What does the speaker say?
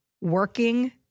Working